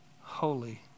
holy